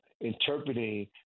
interpreting